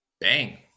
Bang